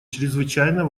чрезвычайно